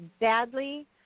badly